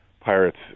pirates